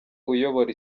uyobora